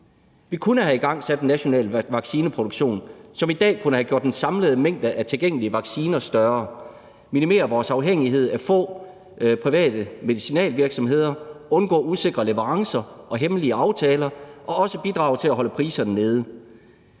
Vi kunne have igangsat en national vaccineproduktion, som i dag kunne have gjort den samlede mængde af tilgængelige vacciner større, minimeret vores afhængighed af nogle få private medicinalvirksomheder, bidraget til at undgå usikre leverancer og hemmelige aftaler og også til at holde priserne nede.